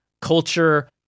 culture